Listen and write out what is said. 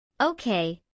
Okay